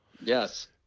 Yes